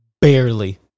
barely